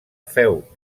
féu